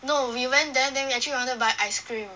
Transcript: no we went there then actually we wanted to buy ice cream